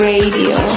Radio